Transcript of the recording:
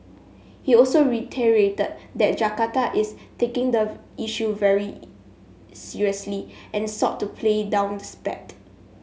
he also reiterated that Jakarta is taking the issue very seriously and sought to play down the spat